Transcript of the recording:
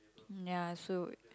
ya so